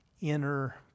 inner